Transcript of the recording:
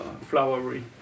flowery